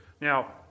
Now